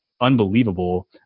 unbelievable